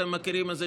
אתם מכירים את זה,